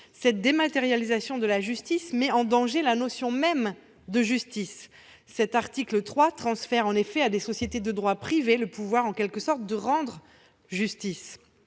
cette dématérialisation de la justice met en danger la notion même de justice. L'article 3 transfère en effet à des sociétés de droit privé, en quelque sorte, le pouvoir de rendre justice.